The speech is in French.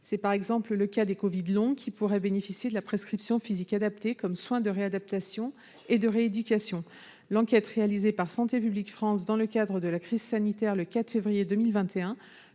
C'est par exemple le cas du covid long, qui pourrait bénéficier de la prescription d'une activité physique adaptée comme soin de réadaptation et de rééducation. L'enquête réalisée par Santé publique France dans le cadre de la crise sanitaire, publiée le 4 février 2021,